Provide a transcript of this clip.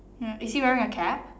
mm is he wearing a cap